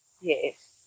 Yes